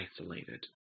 isolated